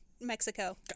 Mexico